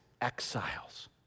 exiles